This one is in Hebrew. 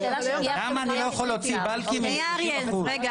למה אני לא יכול להוציא באלקים עם 30 אחוזים?